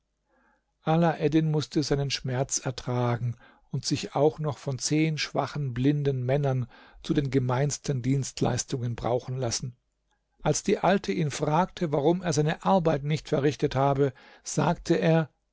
mußte seinen schmerz ertragen und sich auch noch von zehn schwachen blinden männern zu den gemeinsten dienstleistungen brauchen lassen als die alte ihn fragte warum er seine arbeit nicht verrichtet habe sagte er